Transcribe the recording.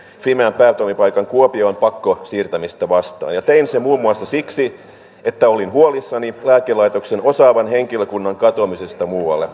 fimean päätoimipaikan kuopioon pakkosiirtämistä vastaan ja tein sen muun muassa siksi että olin huolissani lääkelaitoksen osaavan henkilökunnan katoamisesta muualle